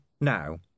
now